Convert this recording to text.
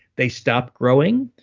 they stop growing,